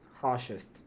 harshest